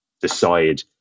decide